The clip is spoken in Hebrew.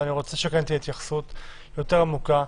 אני רוצה שתהיה התייחסות יותר עמוקה,